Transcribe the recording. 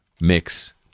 mix